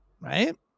right